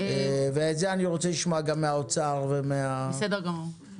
ואת זה אני רוצה לשמוע גם ממשרד האוצר וממשרד התקשורת.